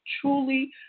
truly